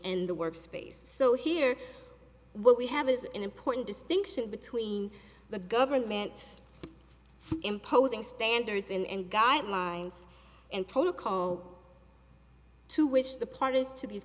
the work space so here what we have is an important distinction between the government imposing standards and guidelines and protocol to which the parties to these